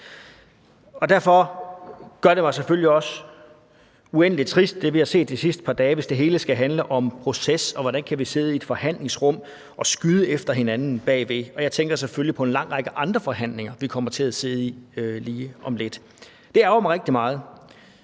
derfor gør det mig selvfølgelig også uendelig trist, hvis det hele – som vi har set det de sidste par dage – skal handle om proces og om: Hvordan kan vi sidde i et forhandlingsrum og skyde efter hinanden bagved? Og jeg tænker selvfølgelig på en lang række andre forhandlinger, vi kommer til at sidde i lige om lidt. Det ærgrer mig rigtig meget.